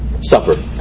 Suffer